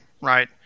right